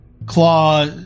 Claw